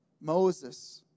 Moses